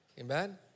Amen